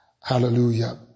Hallelujah